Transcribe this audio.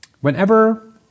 whenever